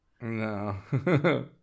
No